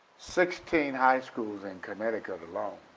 sixteen high schools in connecticut alone,